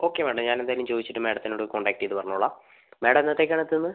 okay madam ഞാനെന്തായാലും ചോദിച്ചിട്ട് മാഡത്തിനോട് കോൺടാക്ട് ചെയ്ത് പറഞ്ഞോളാം മാഡം എന്നതേക്കാണെത്തുന്നത്